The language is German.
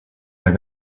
der